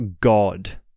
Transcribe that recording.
God